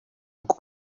aku